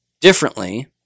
Differently